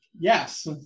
yes